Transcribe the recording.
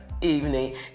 evening